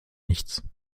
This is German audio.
nichts